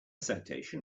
citation